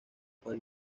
para